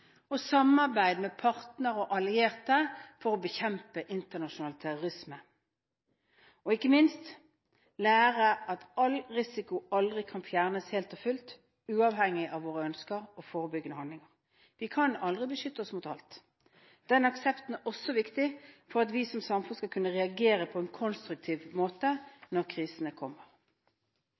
med partnere og allierte for å bekjempe internasjonal terrorisme – og ikke minst må vi lære at all risiko aldri kan fjernes helt og fullt uavhengig av våre ønsker og forebyggende handlinger. Vi kan aldri beskytte oss mot alt. Den aksepten er også viktig for at vi som samfunn skal kunne reagere på en konstruktiv måte når krisene kommer.